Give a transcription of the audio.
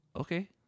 okay